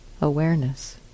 awareness